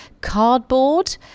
cardboard